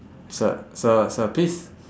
sir sir sir please